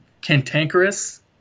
cantankerous